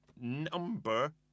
Number